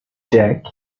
jack